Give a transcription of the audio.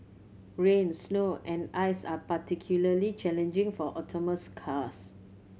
rain snow and ice are particularly challenging for autonomous cars